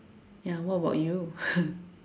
ya what about you